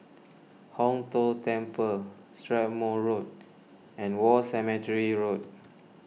Hong Tho Temple Strathmore Road and War Cemetery Road